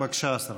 בבקשה, השר.